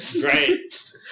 Great